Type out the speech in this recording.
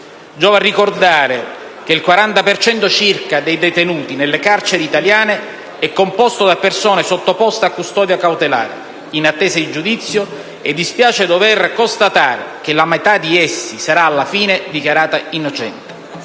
Giova ricordare che il 40 per cento circa dei detenuti nelle carceri italiane è composto da persone sottoposte a custodia cautelare in attesa di giudizio, e dispiace dover constatare che la metà di essi, sarà alla fine dichiarata innocente.